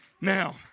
Now